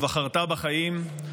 "ובחרת בחיים",